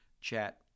chat